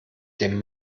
dem